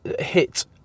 hit